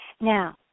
Now